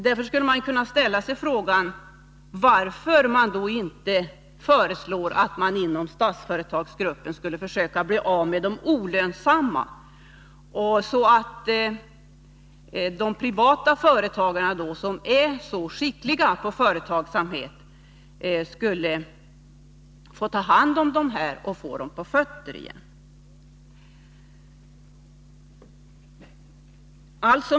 Man skulle kunna ställa sig frågan varför det inte föreslås att Statsföretagsgruppen skulle försöka bli av med de olönsamma företagen, så att de privata företagarna, som är så skickliga, skulle få ta hand om dessa och få dem på fötter igen.